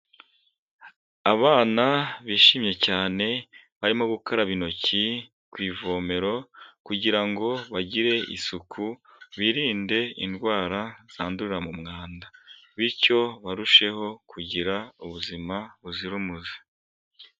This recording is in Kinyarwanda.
Abana bishimye cyane barimo gukaraba intoki ku ivomero kugira ngo bagire isuku birinde indwara zandurira mu mwanda, bityo barusheho kugira ubuzima buzira umuze.